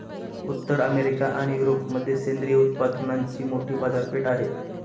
उत्तर अमेरिका आणि युरोपमध्ये सेंद्रिय उत्पादनांची मोठी बाजारपेठ आहे